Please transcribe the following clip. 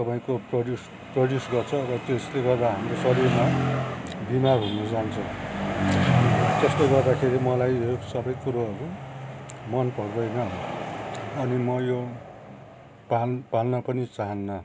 तपाईँको produce produce गर्छ र त्यसले गर्दा हाम्रो शरीरमा बिमार हुनु जान्छ त्यस्तो गर्दाखेरि मलाई यो सबै कुरोहरू मन पर्दैन अनि म यो पाल् पाल्न पनि चहान्नँ